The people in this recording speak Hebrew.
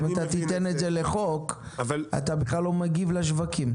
אם אתה תיתן את זה לחוק אתה בכלל לא מגיב לשווקים.